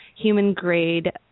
human-grade